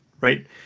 right